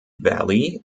valley